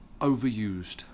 Overused